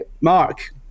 Mark